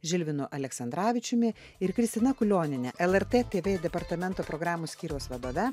žilvinu aleksandravičiumi ir kristina kulionienė lrt tv departamento programų skyriaus vadove